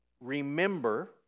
remember